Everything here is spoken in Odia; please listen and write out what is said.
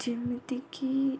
ଯେମିତିକି